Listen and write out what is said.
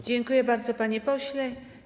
Dziękuję bardzo, panie pośle.